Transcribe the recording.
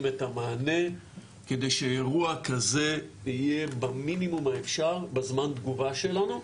את המענה כדי שאירוע כזה יהיה במינימום האפשרי בזמן תגובה שלנו.